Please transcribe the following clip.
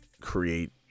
create